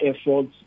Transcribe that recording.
efforts